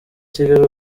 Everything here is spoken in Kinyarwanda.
kigali